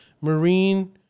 marine